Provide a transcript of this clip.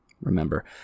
remember